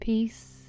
Peace